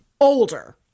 Older